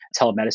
telemedicine